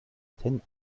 ten